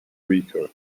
rico